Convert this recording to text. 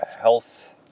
health